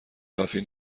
کافی